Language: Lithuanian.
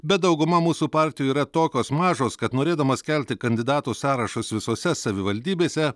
bet dauguma mūsų partijų yra tokios mažos kad norėdamas kelti kandidatų sąrašus visose savivaldybėse